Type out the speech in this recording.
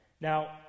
Now